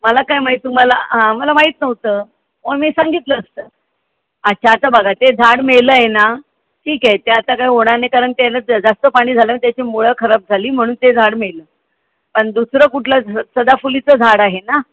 मला काय माहीत तुम्हाला आ मला माहीत नव्हतं हो मी सांगितलं असतं अच्छा आता बघा ते झाड मेलं आहे ना ठीक आहे ते आता काय होणार नाही कारण त्याला जा जास्त पाणी झालं त्याची मुळं खराब झाली म्हणून ते झाड मेलं आणि दुसरं कुठलं झ सदाफुलीचं झाड आहे ना